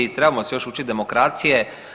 Trebamo se još učiti demokracije.